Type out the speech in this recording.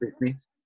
business